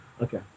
Okay